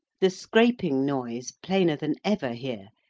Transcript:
the scraping noise, plainer than ever here,